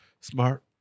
Smart